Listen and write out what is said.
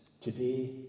today